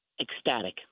ecstatic